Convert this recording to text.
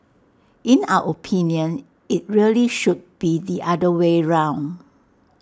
in our opinion IT really should be the other way round